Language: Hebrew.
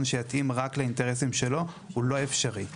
שיתאים רק לאינטרסים שלו הוא לא אפשרי.